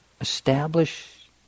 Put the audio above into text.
establish